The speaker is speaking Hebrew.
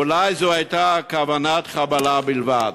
אולי זו הייתה כוונת חבלה בלבד.